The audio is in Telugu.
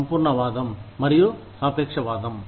సంపూర్ణవాదం మరియు సాపేక్షవాదం